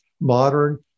modern